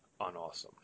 unawesome